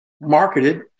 marketed